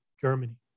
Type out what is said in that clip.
Germany